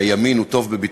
הרי הימין הוא טוב בביטחון,